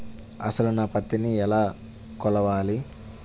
అసలు నా పత్తిని ఎలా కొలవాలి?